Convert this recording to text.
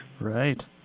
Right